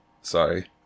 Sorry